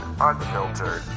unfiltered